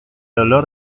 olor